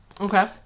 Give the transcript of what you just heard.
Okay